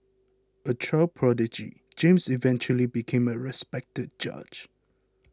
a child prodigy James eventually became a respected judge